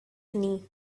knee